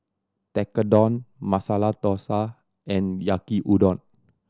Tekkadon Masala Dosa and Yaki Udon